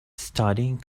studying